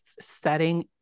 setting